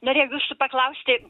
norėjau jūsų paklausti